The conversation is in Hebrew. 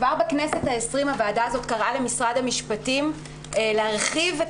כבר בכנסת העשרים הוועדה הזאת קראה למשרד המשפטים להרחיב את